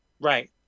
Right